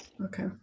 Okay